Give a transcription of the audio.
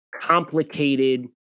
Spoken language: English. complicated